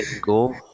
Go